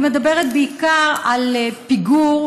אני מדברת בעיקר על פיגור